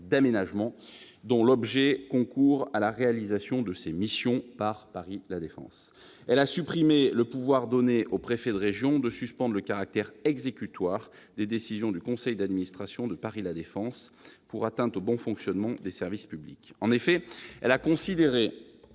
d'aménagement, dont l'objet concourt à la réalisation de ses missions par Paris La Défense. Elle a supprimé le pouvoir donné au préfet de Région de suspendre le caractère exécutoire des décisions du conseil d'administration de Paris La Défense pour atteinte au bon fonctionnement des services publics. En effet, elle a considéré